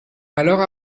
alors